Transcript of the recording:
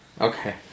Okay